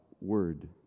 Word